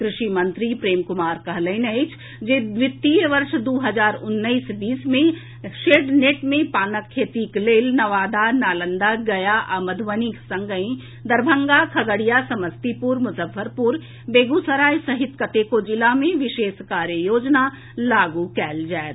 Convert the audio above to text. कृषि मंत्री प्रेम कुमार कहलनि अछि जे वित्तीय वर्ष दू हजार उन्नैस बीस मे शेड नेट मे पानक खेतीक लेल नवादा नालंदा गया आ मधुबनीक संगहि दरभंगा खगड़िया समस्तीपुर मुजफ्फरपुर बेगूसराय सहित कतेको जिला मे विशेष कार्य योजना लागू कयल जायत